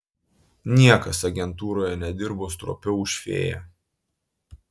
niekas agentūroje nedirbo stropiau už fėją